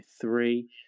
three